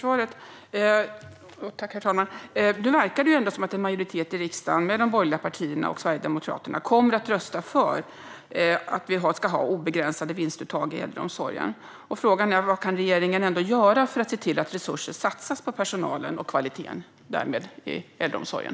Herr talman! Tack för svaret, statsrådet! Nu verkar det som att en majoritet i riksdagen, med de borgerliga partierna och Sverigedemokraterna, kommer att rösta för obegränsade vinstuttag i äldreomsorgen. Vad kan regeringen göra för att se till att det ändå satsas resurser på personalen och kvaliteten i äldreomsorgen?